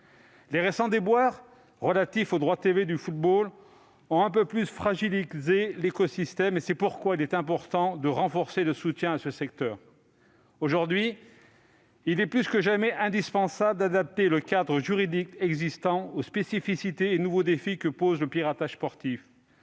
Les récents déboires relatifs aux droits TV du football ont un peu plus fragilisé l'écosystème. C'est pourquoi il est important de renforcer le soutien à ce secteur. Aujourd'hui, il est plus que jamais indispensable d'adapter le cadre juridique existant aux spécificités et aux nouveaux défis que pose le piratage sportif.